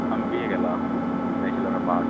M B A केला bachelors of arts